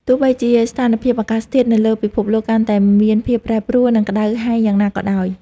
ទោះបីជាស្ថានភាពអាកាសធាតុនៅលើពិភពលោកកាន់តែមានភាពប្រែប្រួល និងក្តៅហែងយ៉ាងណាក៏ដោយ។